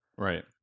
Right